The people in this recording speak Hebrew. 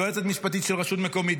יועצת משפטית של רשות מקומית,